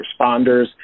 responders